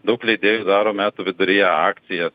daug leidėjų daro metų viduryje akcijas